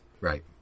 Right